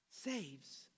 saves